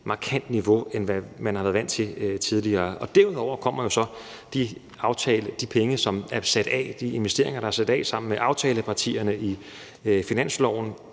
markant niveau, end hvad man har været vant til tidligere. Derudover kommer jo så de penge, som er sat af, de investeringer, vi sammen med aftalepartierne har sat penge